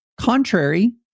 contrary